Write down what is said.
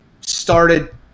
started